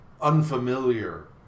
unfamiliar